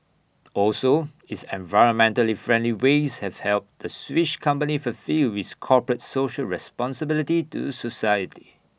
also its environmentally friendly ways have helped the Swiss company fulfil its corporate social responsibility to society